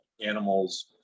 animals